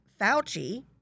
Fauci